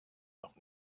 noch